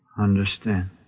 Understand